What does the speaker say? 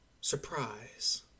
Surprise